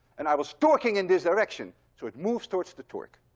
and i was torqueing in this direction, so it moved towards the torque.